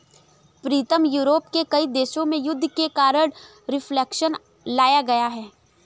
प्रीतम Europe के कई देशों में युद्ध के कारण रिफ्लेक्शन लाया गया है